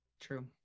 True